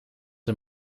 een